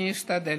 אני אשתדל.